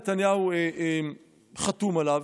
נתניהו, חתום עליו,